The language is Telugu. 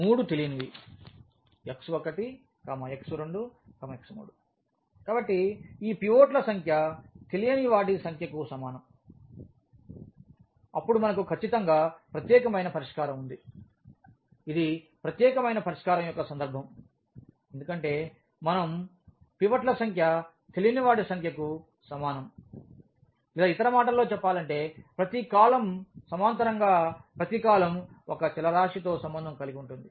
మూడు తెలియనివి x1 x2 x3 కాబట్టి ఈ పివోట్ల సంఖ్య తెలియని వాటి సంఖ్యకు సమానం అప్పుడు మనకు ఖచ్చితంగా ప్రత్యేకమైన పరిష్కారం ఉంది ఇది ప్రత్యేకమైన పరిష్కారం యొక్క సందర్భం ఎందుకంటే మన పివట్ల సంఖ్య తెలియని వాటి సంఖ్యకు సమానం లేదా ఇతర మాటలలో చెప్పాలంటే ప్రతి కాలమ్ సమాంతరంగా ప్రతి కాలమ్ ఒక చలరాశితో సంబంధం కలిగి ఉంటుంది